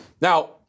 Now